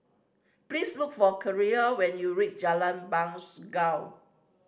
please look for Keira when you reach Jalan Bangau